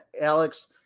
Alex